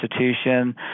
institution